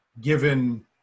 given